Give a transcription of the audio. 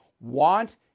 want